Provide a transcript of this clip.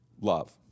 love